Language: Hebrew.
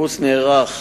החיפוש נערך